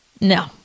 No